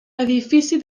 edifici